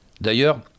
D'ailleurs